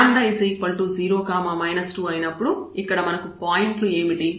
λ0 2 అయినప్పుడు ఇక్కడ మనకు పాయింట్లు ఏమిటి